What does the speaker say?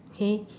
okay